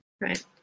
Right